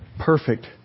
perfect